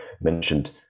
mentioned